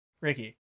Ricky